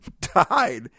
died